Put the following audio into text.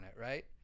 right